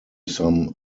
some